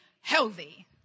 healthy